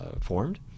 formed